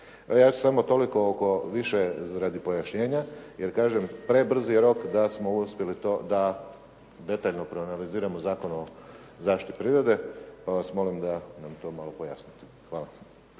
ja ću samo toliko oko više radi pojašnjenja, jer kažem prebrzi rok je da detaljno proanaliziramo Zakon o zaštiti prirode, pa vas molim da nam to malo pojasnite. Hvala.